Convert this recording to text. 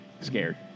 scared